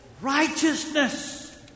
righteousness